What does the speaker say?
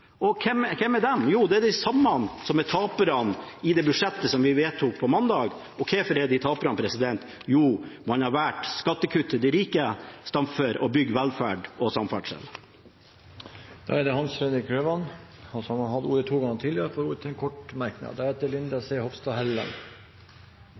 Hvem er de? Det er de samme som er taperne i det budsjettet som vi vedtok på mandag. Hvorfor er de tapere? Jo, man har valgt skattekutt til de rike istedenfor å bygge velferd og samferdsel. Representanten Hans Fredrik Grøvan har hatt ordet to ganger tidligere og får ordet til en kort merknad,